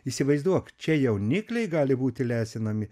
įsivaizduok čia jaunikliai gali būti lesinami